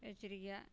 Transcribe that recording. எச்சரிக்கையாக